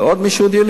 עוד מישהו הודיע לי,